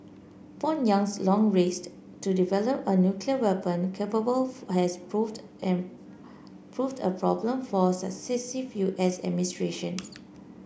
Pyongyang's long race to develop a nuclear weapon capable has proved proved a problem for successive U S administrations